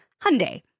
Hyundai